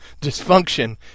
dysfunction